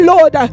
Lord